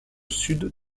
sud